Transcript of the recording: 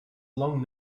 long